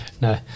No